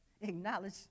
acknowledge